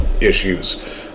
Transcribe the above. issues